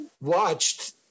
watched